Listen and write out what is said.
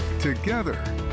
Together